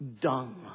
dung